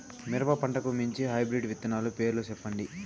మిరప పంటకు మంచి హైబ్రిడ్ విత్తనాలు పేర్లు సెప్పండి?